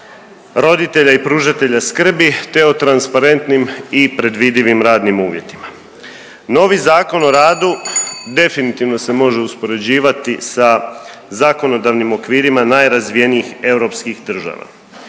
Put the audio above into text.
roditelja i pružatelja skrbi te o transparentnim i predvidivim radnim uvjetima. Novi Zakon o radu definitivno se može uspoređivati sa zakonodavnim okvirima najrazvijenijih europskih država.